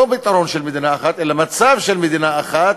לא פתרון של מדינה אחת, אלא מצב של מדינה אחת,